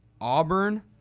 Auburn